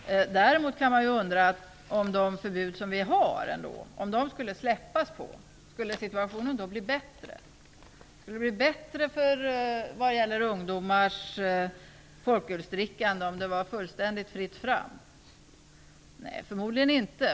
Däremot kan man ju undra: Om man skulle släppa på de förbud som vi ändå har, skulle situationen då bli bättre? Skulle det bli bättre vad gäller ungdomars folkölsdrickande om det var fullständigt fritt fram? Nej, förmodligen inte.